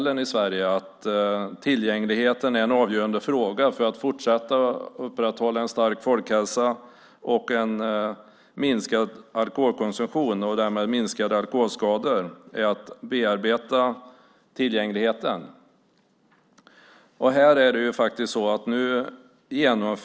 Tillgängligheten är en avgörande fråga för att fortsätta upprätthålla en stark folkhälsa, minska alkoholkonsumtionen och därmed minska alkoholskadorna. Vi har inom ramen för totalkonsumtionsmodellen varit överens om att bearbeta tillgängligheten.